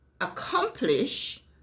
accomplish